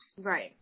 Right